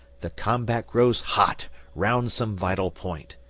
the combat grows hot round some vital point.